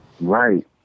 Right